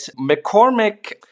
McCormick